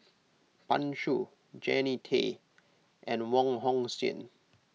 Pan Shou Jannie Tay and Wong Hong Suen